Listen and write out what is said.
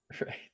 Right